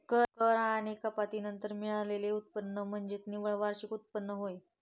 कर आणि कपाती नंतर मिळालेले उत्पन्न म्हणजे निव्वळ वार्षिक उत्पन्न होय